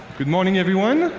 good morning, everyone.